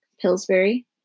Pillsbury